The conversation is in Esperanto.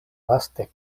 vaste